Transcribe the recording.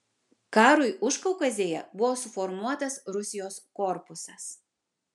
karui užkaukazėje buvo suformuotas rusijos korpusas